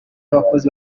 abakozi